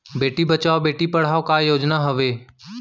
बेटी बचाओ बेटी पढ़ाओ का योजना हवे?